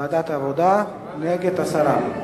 ועדת העבודה, נגד, הסרה.